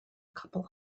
couple